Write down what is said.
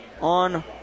on